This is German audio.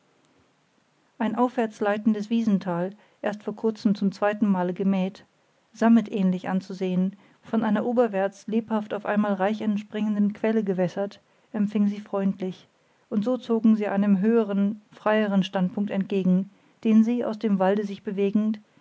ein aufwärts leitendes wiesental erst vor kurzem zum zweiten male gemäht sammetähnlich anzusehen von einer oberwärts lebhaft auf einmal reich entspringenden quelle gewässert empfing sie freundlich und so zogen sie einem höheren freieren standpunkt entgegen den sie aus dem walde sich bewegend